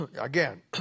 again